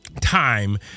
time